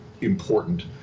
important